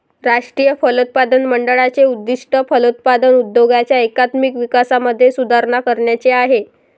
राष्ट्रीय फलोत्पादन मंडळाचे उद्दिष्ट फलोत्पादन उद्योगाच्या एकात्मिक विकासामध्ये सुधारणा करण्याचे आहे